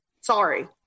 Sorry